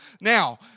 Now